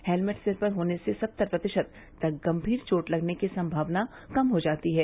helmet सिर पर होने से सत्तर प्रतिशत तक गम्मीर चोट लगने की सम्भावना कम हो जाती है